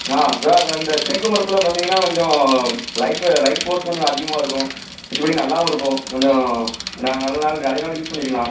ஆ sir அந்த தேக்கு மரத்தில் பண்ணீங்கன்னால் கொஞ்சம் லைஃப் லைஃப் ஃபோர்ஸ் கொஞ்சம் அதிகமாக இருக்கும் மிச்சபடி நல்லாவும் இருக்கும் கொஞ்சம் ந நாள் நிறையா நாள் யூஸ் பண்ணிக்கலாம்